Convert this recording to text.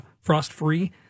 frost-free